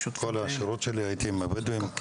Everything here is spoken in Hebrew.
כל השירות שלי הייתי עם הבדואים,